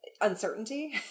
uncertainty